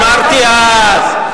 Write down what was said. אמרתי אז.